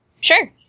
Sure